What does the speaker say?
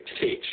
teach